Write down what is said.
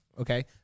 okay